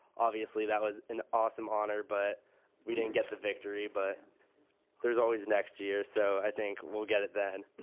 obviously, that was an awesome honor, but we didn't get the victory, but there's always next year. so i think we'll get it then.